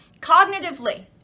cognitively